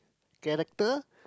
character